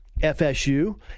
FSU